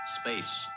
Space